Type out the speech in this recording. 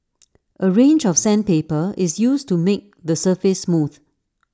A range of sandpaper is used to make the surface smooth